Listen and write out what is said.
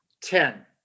Ten